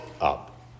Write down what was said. up